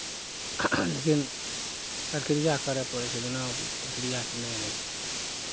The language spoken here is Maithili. लेकिन प्रक्रिया करय पड़ैत छै बिना प्रक्रियाके नहि होइ छै